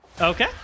Okay